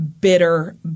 bitter